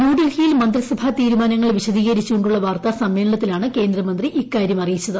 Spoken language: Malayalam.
ന്യൂഡൽഹിയിൽ മന്ത്രിസഭാ തീരുമാനങ്ങൾ വിശദീകരിച്ചുകൊണ്ടുള്ള വാർത്താസമ്മേളനത്തിലാണ്ട് ക്കേന്ദ്രമന്ത്രി ഇക്കാര്യം അറിയിച്ചത്